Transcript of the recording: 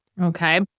Okay